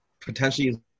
potentially